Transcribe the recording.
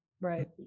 right